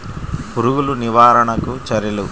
పురుగులు నివారణకు చర్యలు?